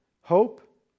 hope